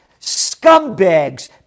Scumbags